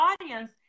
audience